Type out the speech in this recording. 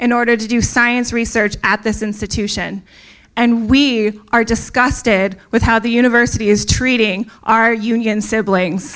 in order to do science research at this institution and we are discussed it with how the university is treating our union siblings